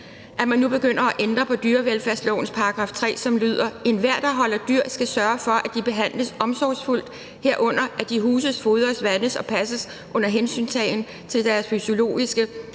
at man nu begynder at ændre på dyrevelfærdslovens § 3, som lyder: »Enhver, der holder dyr, skal sørge for, at de behandles omsorgsfuldt, herunder at de huses, fodres, vandes og passes under hensyntagen til deres fysiologiske,